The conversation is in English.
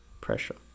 pressure